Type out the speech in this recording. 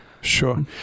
Sure